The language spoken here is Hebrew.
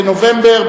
בנובמבר,